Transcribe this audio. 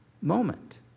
moment